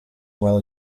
well